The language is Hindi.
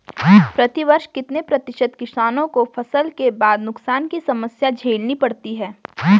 प्रतिवर्ष कितने प्रतिशत किसानों को फसल के बाद नुकसान की समस्या झेलनी पड़ती है?